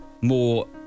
more